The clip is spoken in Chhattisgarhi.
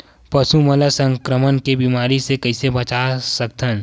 पशु मन ला संक्रमण के बीमारी से कइसे बचा सकथन?